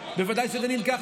בוודאי שזה נבדק עד דק,